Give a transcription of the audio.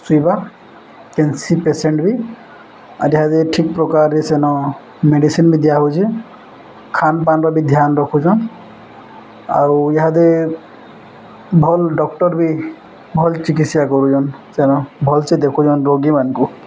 ଶୋଇବା କେନ୍ସି ପେସେଣ୍ଟ ବି ଆଉ ଇହାଦେ ଠିକ୍ ପ୍ରକାର ମେଡ଼ିସିନ୍ ବି ଦିଆ ହେଉଛେ ଖାନପାନର ବି ଧ୍ୟାନ ରଖୁଛନ୍ ଆଉ ଇହାଦେ ଭଲ୍ ଡକ୍ଟର ବି ଭଲ୍ ଚିକିତ୍ସା କରୁଛନ୍ ଭଲସେ ଦେଖୁଛନ୍ ରୋଗୀମାନଙ୍କୁ